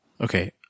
Okay